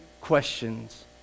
questions